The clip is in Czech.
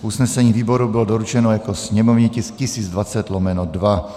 Usnesení výboru bylo doručeno jako sněmovní tisk 1020/2.